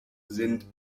sind